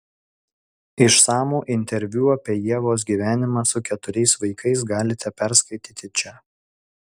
išsamų interviu apie ievos gyvenimą su keturiais vaikais galite perskaityti čia